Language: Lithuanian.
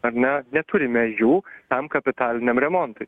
ar ne neturime jų tam kapitaliniam remontui